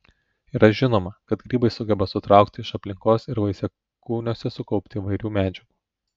yra žinoma kad grybai sugeba sutraukti iš aplinkos ir vaisiakūniuose sukaupti įvairių medžiagų